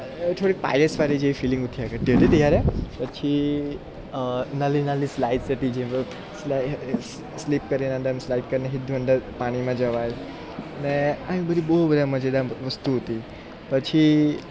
થોડીક પાઇરેટ્સવાળી જેવી ફીલિંગ ઉઠ્યા કરતી હતી ત્યારે પછી નાલી નાલી સ્લાઇડ્સ હતી જેમાં સ્લાઇડ સ્લીપ કરીને અંદર સ્લાઇડ કરીને સીધું અંદર પાણીમાં જવાય ને આવી બધી બહુ બધા મજેદાર વસ્તુ હતી પછી